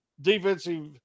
defensive